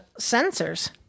sensors